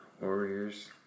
Warriors